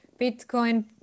bitcoin